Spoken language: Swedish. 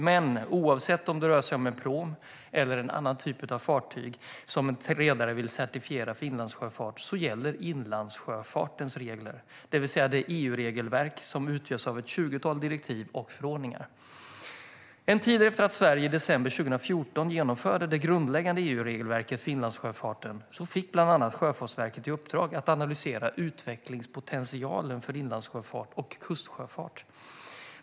Men oavsett om det rör sig om en pråm eller en annan typ av fartyg som en redare vill certifiera för inlandssjöfart gäller inlandssjöfartens regler, det vill säga det EU-regelverk som utgörs av ett tjugotal direktiv och förordningar. En tid efter att Sverige i december 2014 genomförde det grundläggande EU-regelverket för inlandssjöfarten fick bland annat Sjöfartsverket i uppdrag att analysera utvecklingspotentialen för inlandssjöfart och kustsjöfart.